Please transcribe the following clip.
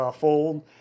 fold